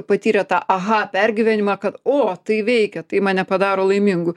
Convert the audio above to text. patyrė tą aha pergyvenimą kad o tai veikia tai mane padaro laimingu